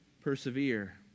persevere